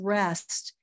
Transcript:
rest